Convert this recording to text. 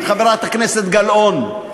חברת הכנסת גלאון,